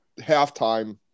Halftime